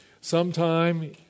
sometime